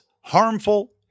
harmful